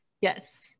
Yes